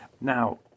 Now